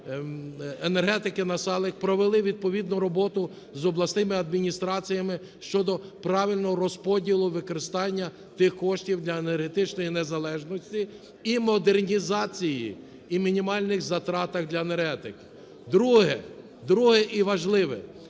енергетики Насалик провели відповідну роботу з обласними адміністраціями щодо правильного розподілу і використання тих коштів для енергетичної незалежності і модернізації, і мінімальних затрат для енергетики. Друге. Друге і важливе.